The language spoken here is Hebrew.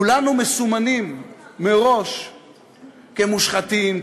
כולנו מסומנים מראש כמושחתים,